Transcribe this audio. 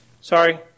Sorry